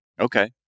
Okay